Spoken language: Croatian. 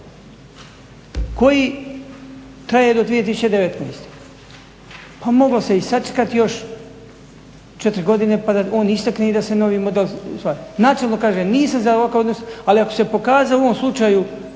koji traje do 2019. Pa moglo se i sačekati još 4 godine pa da on istekne i da se novi model usvoji. Načelno kažem nisam za ovakav odnos, ali ako se pokazao u ovom slučaju